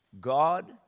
God